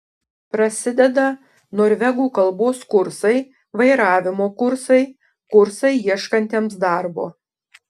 prasideda norvegų kalbos kursai vairavimo kursai kursai ieškantiems darbo